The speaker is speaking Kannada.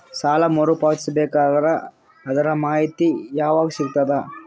ಸಾಲ ಮರು ಪಾವತಿಸಬೇಕಾದರ ಅದರ್ ಮಾಹಿತಿ ಯವಾಗ ಸಿಗತದ?